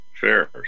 Fair